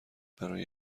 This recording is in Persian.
برای